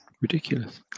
ridiculous